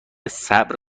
صبر